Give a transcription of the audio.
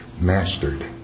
mastered